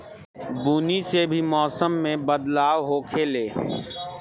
बुनी से भी मौसम मे बदलाव होखेले